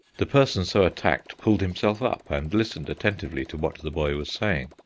the person so attacked pulled himself up and listened attentively to what the boy was saying.